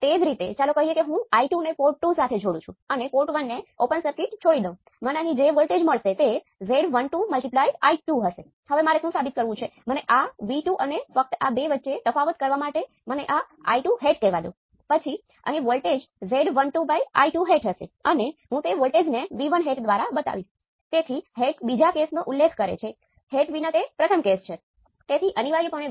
તેથી જો મારી પાસે Vtest આ બિંદુને ચલાવતો હોય તો આ બિંદુ એ મારી પાસે Vtest નો એક ભાગ હશે જે Vtest ભાંગ્યા K છે